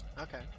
Okay